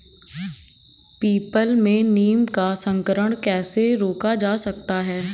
People में नीम का संकरण कैसे रोका जा सकता है?